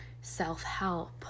self-help